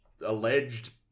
alleged